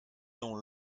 dans